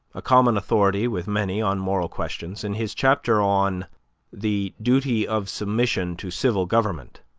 a common authority with many on moral questions in his chapter on the duty of submission to civil government,